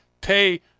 pay